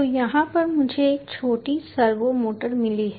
तो यहाँ पर मुझे एक छोटी सर्वो मोटर मिली है